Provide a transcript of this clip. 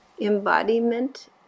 embodiment